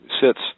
sits